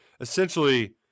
Essentially